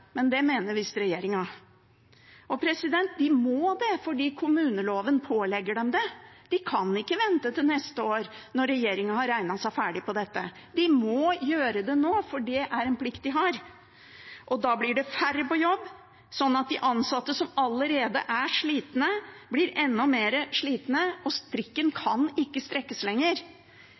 men det mener visst regjeringen. Og kommunene må det, for kommuneloven pålegger dem det. De kan ikke vente til neste år, når regjeringen har regnet seg ferdig på dette, de må gjøre det nå, for det er en plikt de har. Da blir det færre på jobb, sånn at de ansatte som allerede er slitne, blir enda mer slitne. Strikken kan ikke strekkes lenger.